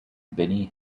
benny